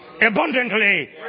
abundantly